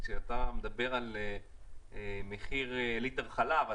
כשאתה מדבר על מחיר ליטר חלב,